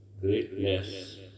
greatness